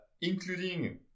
including